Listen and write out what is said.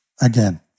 again